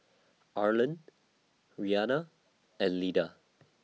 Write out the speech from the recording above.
Arland Rhianna and Lyda